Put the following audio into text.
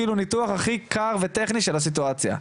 כאילו ניתוח הכי קר וטכני של הסיטואציה.